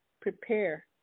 prepare